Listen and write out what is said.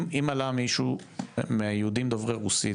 אם עלה מישהו מהיהודים דוברי רוסית,